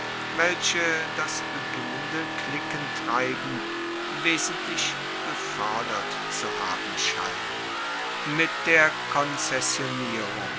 welche das beginnende cliquentreiben wesentlich gefoerdert zu haben scheinen mit der konzessionierung